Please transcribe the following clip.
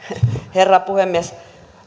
herra puhemies